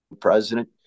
president